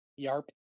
Yarp